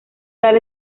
tal